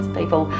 people